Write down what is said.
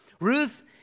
Ruth